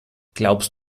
glaubst